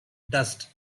dust